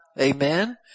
Amen